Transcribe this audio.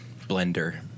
Blender